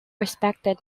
respected